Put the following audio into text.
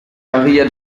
maria